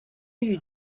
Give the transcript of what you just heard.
you